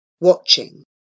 watching